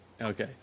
Okay